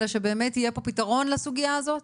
אלא שבאמת יהיה פה פתרון לסוגיה הזאת?